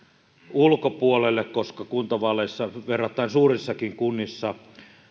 ulkopuolelle koska kuntavaaleissa verrattain suurissakin kunnissa